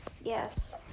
Yes